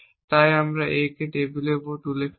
তাই এটি A কে টেবিলের উপর তুলে ফেলবে